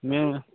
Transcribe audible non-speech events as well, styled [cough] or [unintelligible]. [unintelligible]